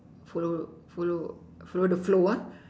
follow follow follow the flow ah